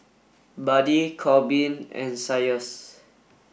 Buddy Korbin and Isaias